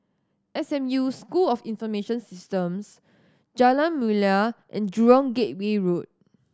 S M U School of Information Systems Jalan Mulia and Jurong Gateway Road